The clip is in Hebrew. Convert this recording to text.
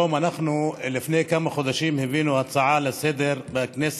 לפני כמה חודשים הבאנו הצעה לכנסת,